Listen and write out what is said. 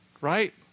right